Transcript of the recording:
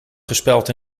gespeld